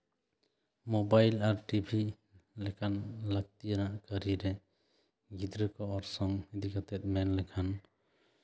mobile ᱟᱨ TV ᱞᱮᱠᱟᱱ ᱞᱟᱹᱠᱛᱤᱭᱟᱱᱟᱜ ᱠᱟᱹᱨᱤᱨᱮ ᱜᱤᱫᱽᱨᱟᱹ ᱠᱚᱣᱟᱜ ᱚᱨᱥᱚᱝ ᱤᱫᱤ ᱠᱟᱛᱮ ᱢᱮᱱᱞᱠᱷᱟᱱ